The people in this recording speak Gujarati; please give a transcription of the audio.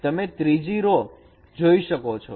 તમે ત્રીજી રો જોઈ શકો છો